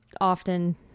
often